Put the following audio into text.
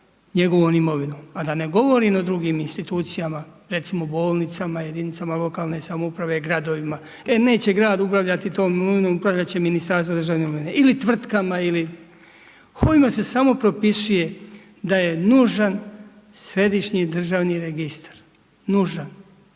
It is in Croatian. njegovom imovinom, a da ne govorimo o drugim institucijama, recimo bolnicama, jedinice lokalne samouprave, gradovima, e neće grad upravljati tom imovinom, upravlja će Ministarstvo državne imovine, ili tvrtkama ili ovime se samo propisuje da je nužan središnji državi registar, nužan.